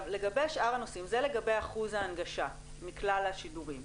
זה לגבי אחוז ההנגשה מכלל השידורים.